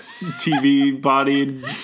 TV-bodied